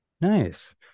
Nice